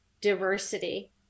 diversity